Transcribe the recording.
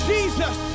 Jesus